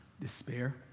despair